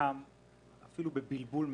חלקם אפילו בבלבול מסוים,